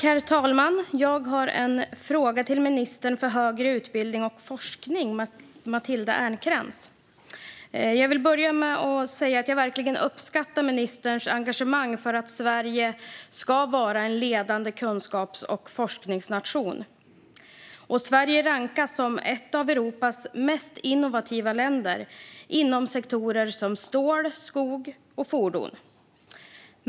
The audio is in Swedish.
Herr talman! Jag har en fråga till ministern för högre utbildning och forskning, Matilda Ernkrans. Jag vill börja med att säga att jag verkligen uppskattar ministerns engagemang för att Sverige ska vara en ledande kunskaps och forskningsnation. Sverige rankas som ett av Europas mest innovativa länder inom sektorer som stål, skog och fordon.